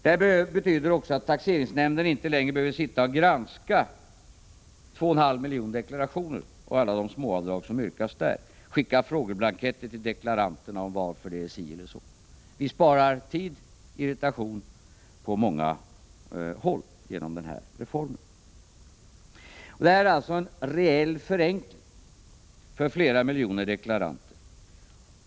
Detta betyder också att taxeringsnämnderna inte längre behöver sitta och granska 2,5 miljoner deklarationer med alla de småavdrag som yrkas där och skicka ut frågeblanketter till deklaranterna om varför det förhåller sig så eller så. Vi sparar tid och irritation på många håll genom den här reformen. Det är alltså fråga om en reell förenkling för flera miljoner deklaranter.